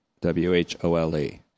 W-H-O-L-E